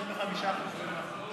65% ממה?